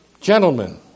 Gentlemen